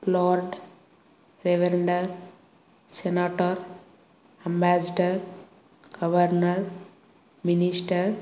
lord reverend senator ambassador governor minister